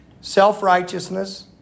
self-righteousness